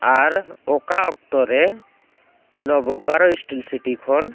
ᱟᱨ ᱚᱠᱟ ᱚᱠᱛᱚ ᱨᱮ ᱱᱚᱣᱟ ᱵᱳᱠᱟᱨᱳ ᱥᱴᱤᱞ ᱥᱤᱴᱤ ᱠᱷᱚᱱ